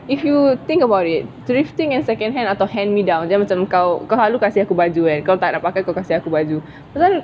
if you think about it thrifting and secondhand atau hand me down dia macam kau kau selalu kasi aku baju kan kau tak nak pakai kau kasi aku baju pasal